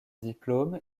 diplôme